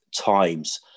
Times